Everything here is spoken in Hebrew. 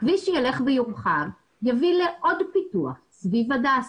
כביש שילך ויורחב, יביא לעוד פיתוח סביב הדסה.